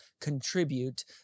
contribute